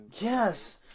yes